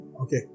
Okay